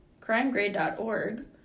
Crimegrade.org